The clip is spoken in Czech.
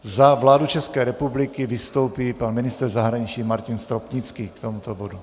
Za vládu České republiky vystoupí pan ministr zahraničí Martin Stropnický k tomuto bodu.